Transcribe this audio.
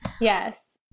Yes